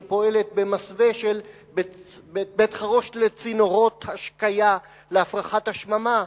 שפועלת במסווה של בית-חרושת לצינורות השקיה להפרחת השממה,